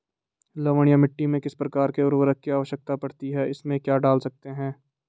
लवणीय मिट्टी में किस प्रकार के उर्वरक की आवश्यकता पड़ती है इसमें क्या डाल सकते हैं?